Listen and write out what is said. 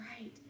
right